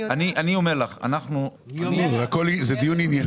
אני אומר לך --- זה הכול דיון ענייני.